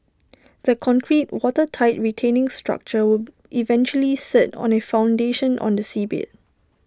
the concrete watertight retaining structure eventually sit on A foundation on the seabed